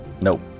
Nope